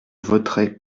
voterai